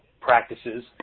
practices